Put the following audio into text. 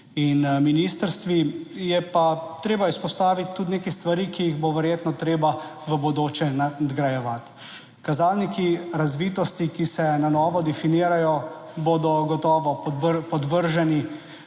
in ministrstvi, je pa treba izpostaviti tudi nekaj stvari, ki jih bo verjetno treba v bodoče nadgrajevati. Kazalniki razvitosti, ki se na novo definirajo, bodo gotovo podvrženi